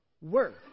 work